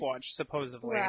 supposedly